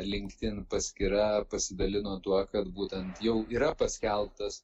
linkedin paskyra pasidalino tuo kad būtent jau yra paskelbtas